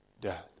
death